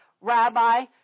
Rabbi